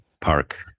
park